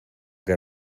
que